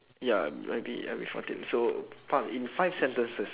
ya I'd be I'd be fourteen so in five sentences